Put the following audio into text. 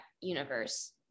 universe